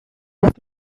with